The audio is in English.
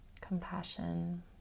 compassion